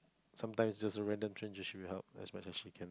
sometimes just a random stranger she will help as much as she can